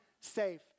safe